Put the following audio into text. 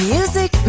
Music